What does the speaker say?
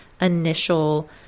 initial